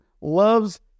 loves